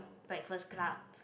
breakfast club